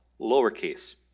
lowercase